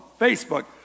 facebook